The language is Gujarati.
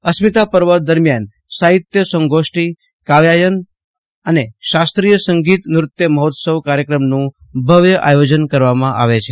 અસ્મિતા પર્વ દરમિયાન સાહિત્ય સંગોષ્ઠી કાવ્યાયન અને શાસ્ત્રીય સંગીત નૃત્ય મહોત્સવ કાર્યક્રમનું ભવ્ય આયોજન કરવામાં આવે છે